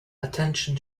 attention